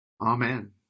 Amen